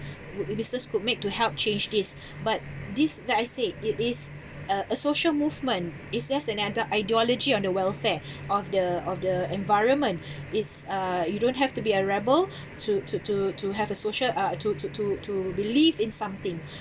what business could make to help change this but this like I said it is a a social movement it's just an ide~ ideology on the welfare of the of the environment it's uh you don't have to be a rebel to to to to have a social uh to to to to believe in something